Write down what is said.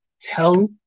Tell